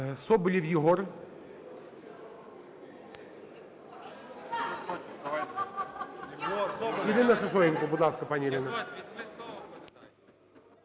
Соболєв Єгор. Ірина Сисоєнко. Будь ласка, пані Ірина.